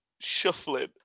shuffling